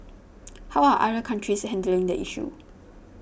how are other countries handling the issue